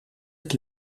het